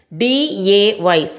day